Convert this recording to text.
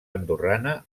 andorrana